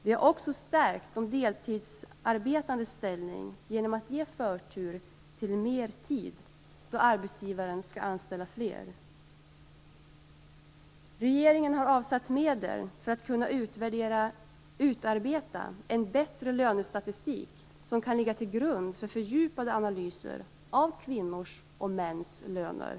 Vi har också stärkt de deltidsarbetandes ställning genom att ge förtur till mer tid då arbetsgivaren skall anställa fler. Regeringen har avsatt medel för att kunna utarbeta en bättre lönestatistik som kan ligga till grund för fördjupade analyser av kvinnors och mäns löner.